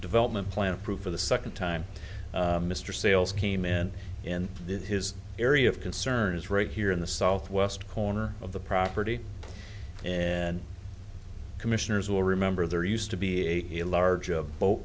development plan approved for the second time mr sails came in and did his area of concern is right here in the southwest corner of the property and commissioners will remember there used to be a large a boat